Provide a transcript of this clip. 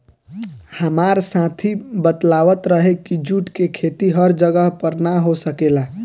हामार साथी बतलावत रहे की जुट के खेती हर जगह पर ना हो सकेला